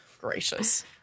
Gracious